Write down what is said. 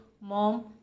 mom